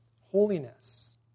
holiness